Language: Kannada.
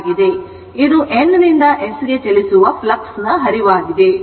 ಇದು N ನಿಂದ S ಗೆ ಚಲಿಸುವ flux ನ ಹರಿವು ಆಗಿದೆ